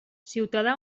ciutadà